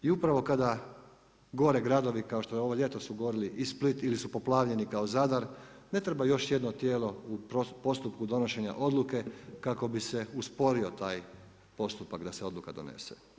I upravo kada gore gradovi kao što ovo ljeto su gorjeli i Split ili su poplavljeni kao Zadar, ne treba još jedno tijelo u postupku donošenja odluke kako bi se usporio taj postupak da se odluka donese.